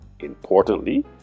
Importantly